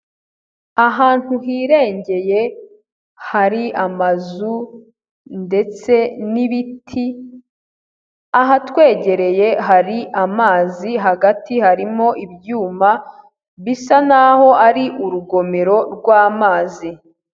Ahantu hirengeye hari amazu ndetse n'ibiti, ahatwegereye hari amazi hagati harimo ibyuma bisa nkaho ari urugomero rw'amazi.